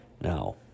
Now